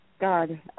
God